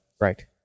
Right